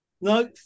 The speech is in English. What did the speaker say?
No